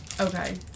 Okay